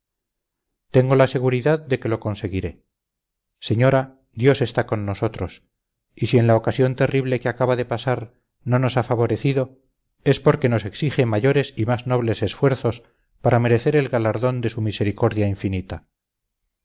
tengo la seguridad de que lo conseguiré señora dios está con nosotros y si en la ocasión terrible que acaba de pasar no nos ha favorecido es porque nos exige mayores y más nobles esfuerzos para merecer el galardón de su misericordia infinita